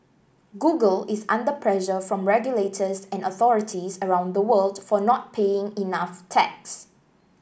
Google is under pressure from regulators and authorities around the world for not paying enough tax